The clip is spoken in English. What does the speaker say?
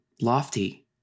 Lofty